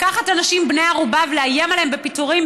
לקחת אנשים בני ערובה ולאיים עליהם בפיטורים,